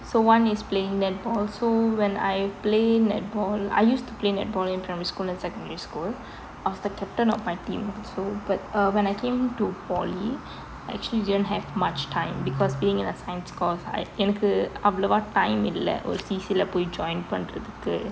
so one is playing netball so when I play netball I used to play netball in primary school and secondary school I was the captain of my team so but uh when I came to poly I actually didn't have much time because being in a science course I எனக்கு அவ்ளோவா:enakku avalova time இல்லை ஒரு:illai oru cca போய்:poi join பண்றதுக்கு:pannurathukku